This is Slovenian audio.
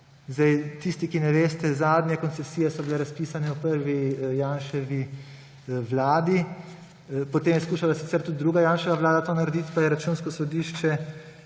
tisti, ki ne veste, zadnje koncesije so bile razpisane v prvi Janševi vladi, potem je skušala sicer tudi druga Janševa vlada to narediti, pa je Računsko sodišče